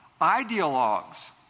ideologues